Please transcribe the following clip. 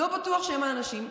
לא בטוח שהם האנשים,